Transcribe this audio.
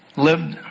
lived,